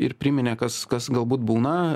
ir priminė kas kas galbūt būna